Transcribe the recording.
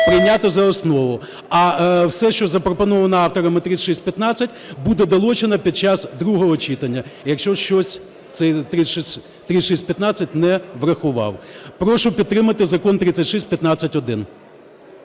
прийняти за основу. А все, що запропоновано авторами 3615, буде долучено під час другого читання, якщо щось цей 3615 не врахував. Прошу підтримати Закон 3615-1.